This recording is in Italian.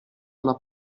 alla